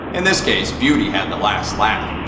in this case, beauty had the last laugh.